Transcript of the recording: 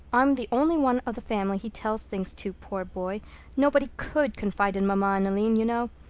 i'm the only one of the family he tells things to, poor boy nobody could confide in mamma and aline, you know.